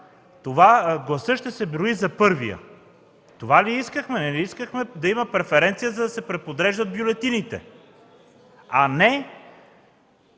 гласът ще се брои за първия. Това ли искахме?! Нали искахме да има преференция, за да се преподреждат бюлетините, а не